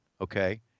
Okay